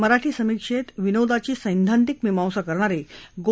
मराठी समीक्षेमध्ये विनोदाची सैद्धांतिक मीमांसा करणारे गो